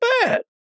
bad